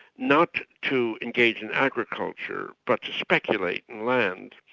not to engage in agriculture, but to speculate in land.